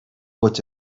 what